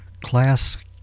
class